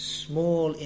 small